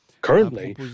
Currently